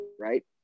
Right